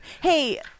Hey